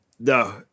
No